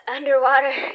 Underwater